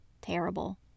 terrible